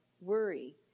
worry